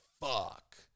fuck